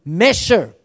measure